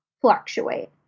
fluctuate